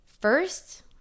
first